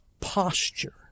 posture